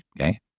Okay